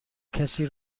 کسی